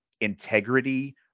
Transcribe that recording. integrity